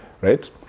right